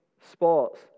sports